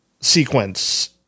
sequence